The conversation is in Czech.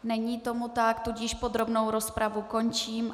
Není tomu tak, tudíž podrobnou rozpravu končím.